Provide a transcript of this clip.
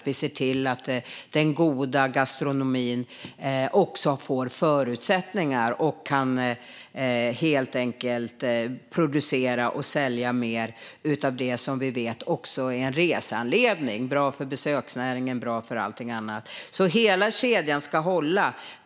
Vi ser till att den goda gastronomin får förutsättningar för att helt enkelt producera och sälja mer av det som vi vet också är en reseanledning, som är bra för besöksnäringen och för allt annat. Hela kedjan ska hålla.